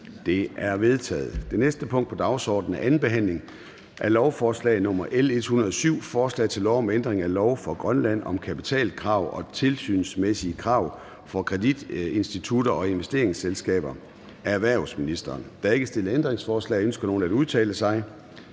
Det er vedtaget. --- Det næste punkt på dagsordenen er: 16) 2. behandling af lovforslag nr. L 107: Forslag til lov om ændring af lov for Grønland om kapitalkrav og tilsynsmæssige krav for kreditinstitutter og investeringsselskaber. (Gennemførelse for Grønland af visse ændringsforordninger til